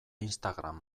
instagram